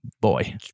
boy